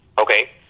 okay